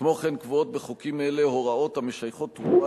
כמו כן קבועות בחוקים אלה הוראות המשייכות תרומה